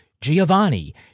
Giovanni